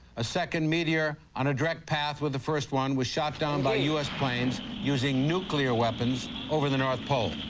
a second meteor on a direct path with the first one was shot down by u s. planes using nuclear weapons over the north pole.